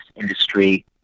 industry